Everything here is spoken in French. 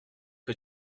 que